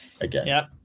again